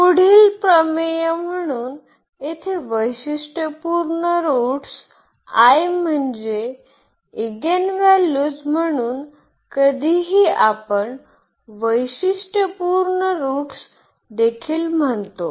पुढील प्रमेय म्हणून येथे वैशिष्ट्यपूर्ण रूट्स I म्हणजे ईगेनव्हल्यूज म्हणून कधीकधी आपण वैशिष्ट्यपूर्ण रूट्स देखील म्हणतो